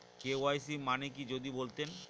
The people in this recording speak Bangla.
কে.ওয়াই.সি মানে কি যদি বলতেন?